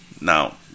now